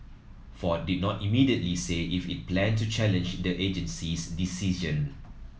Ford did not immediately say if it planned to challenge the agency's decision